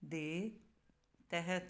ਦੇ ਤਹਿਤ